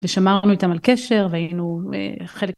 ושמרנו איתם על קשר והיינו חלק